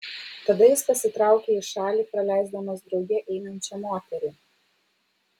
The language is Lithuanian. tada jis pasitraukia į šalį praleisdamas drauge einančią moterį